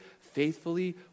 faithfully